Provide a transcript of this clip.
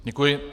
Děkuji.